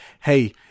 hey